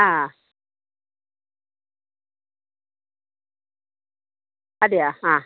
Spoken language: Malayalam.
ആ അതെയോ ആ